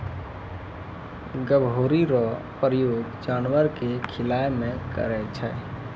गभोरी रो प्रयोग जानवर के खिलाय मे करै छै